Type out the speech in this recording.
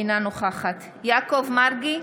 אינה נוכחת יעקב מרגי,